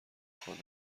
خوانم